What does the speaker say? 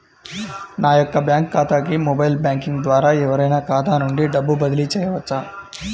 నా యొక్క బ్యాంక్ ఖాతాకి మొబైల్ బ్యాంకింగ్ ద్వారా ఎవరైనా ఖాతా నుండి డబ్బు బదిలీ చేయవచ్చా?